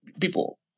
people